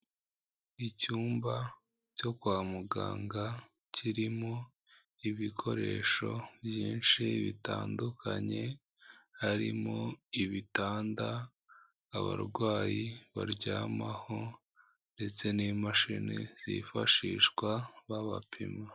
Icyumba cyo kwa muganga kirimo ibikoresho byinshi bitandukanye, harimo ibitanda abarwayi baryamaho ndetse n'imashini zifashishwa babapima.